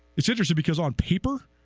is interested because on paper,